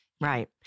Right